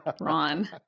Ron